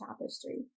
tapestry